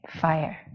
Fire